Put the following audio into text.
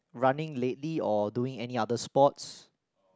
running lately or doing any other sports